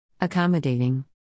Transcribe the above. Accommodating